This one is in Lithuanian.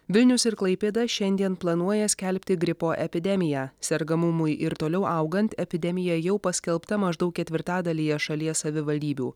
vilnius ir klaipėda šiandien planuoja skelbti gripo epidemiją sergamumui ir toliau augant epidemija jau paskelbta maždaug ketvirtadalyje šalies savivaldybių